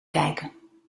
kijken